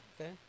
Okay